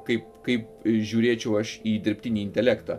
kaip kaip žiūrėčiau aš į dirbtinį intelektą